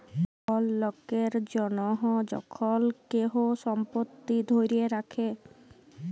call লকের জনহ যখল কেহু সম্পত্তি ধ্যরে রাখে